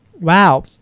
Wow